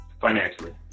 Financially